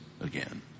again